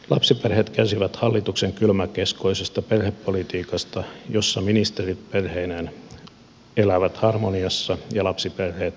lapsiperheet kärsivät hallituksen kylmäkiskoisesta perhepolitiikasta jossa ministerit perheineen elävät harmoniassa ja lapsiperheet köyhyydessä